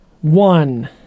one